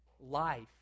life